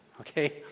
okay